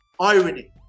irony